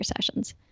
sessions